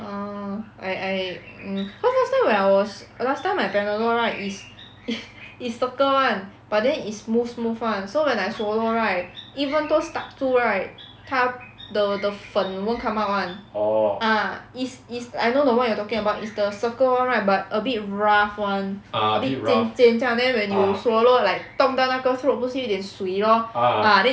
ah I I mm cause last time when I was last time my panadol right is i~ is circle [one] but then is smooth smooth [one] so when I swallow right even though stuck 住 right 它 the the 粉 won't come out [one] ah is is I know the one you are talking about is the circle [one] right but a bit rough [one] lah bit 尖尖这样 then when you swallow like 动到那个 throat 不是有一点水 lor